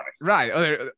Right